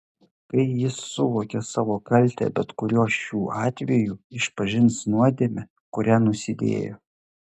kai jis suvokia savo kaltę bet kuriuo šių atvejų išpažins nuodėmę kuria nusidėjo